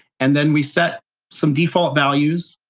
and then we set some default values,